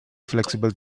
flexible